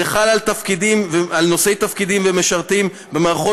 זה חל על נושאי תפקידים ומשרתים במערכות